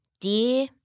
dear